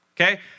okay